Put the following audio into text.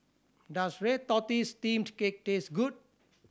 does red tortoise steamed cake taste good